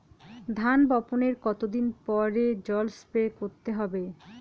ধান বপনের কতদিন পরে জল স্প্রে করতে হবে?